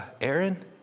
Aaron